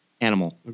animal